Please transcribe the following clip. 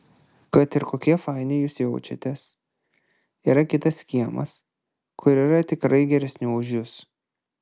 kad ir kokie faini jūs jaučiatės yra kitas kiemas kur yra tikrai geresnių už jus